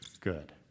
good